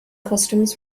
customs